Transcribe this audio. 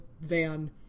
van